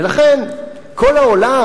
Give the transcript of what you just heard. ולכן כל העולם,